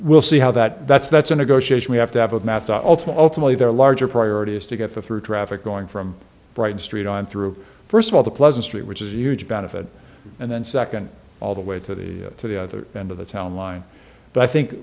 we'll see how that that's that's a negotiation we have to have a math ultimate ultimately their larger priority is to get the through traffic going from bright street on through first of all the pleasant street which is a huge benefit and then second all the way to the to the other end of the town line but i think